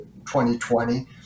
2020